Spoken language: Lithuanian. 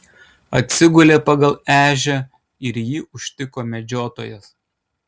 atsigulė pagal ežią ir jį užtiko medžiotojas